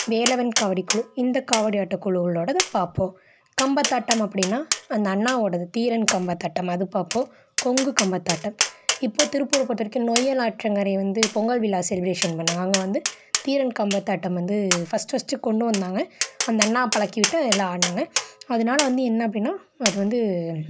வேலவன் காவடி குழு இந்த காவடி ஆட்ட குழுங்களோடது பார்ப்போம் கம்பத்தாட்டம் அப்படின்னா அந்த அண்ணாவோடது தீரன் கம்பத்தாட்டம் அது பார்ப்போம் கொங்கு கம்பத்தாட்டம் இப்போ திருப்பூர் பொறுத்த வரைக்கும் நொய்யல் ஆற்றங்கரை வந்து பொங்கல் விழா செலப்ரேஷன் பண்ணாங்க அங்கே வந்து தீரன் கம்பத்தாட்டம் வந்து ஃபஸ்ட்டு ஃபஸ்ட்டு கொண்டு வந்தாங்க அந்த அண்ணா பழக்கி விட்டு எல்லாம் ஆடினாங்க அதனால வந்து என்ன அப்படின்னா அது வந்து